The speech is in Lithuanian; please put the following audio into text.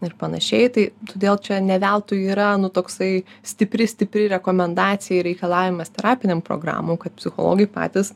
ir panašiai tai todėl čia ne veltui yra nu toksai stipri stipri rekomendacija ir reikalavimas terapinėm programų kad psichologai patys